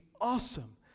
awesome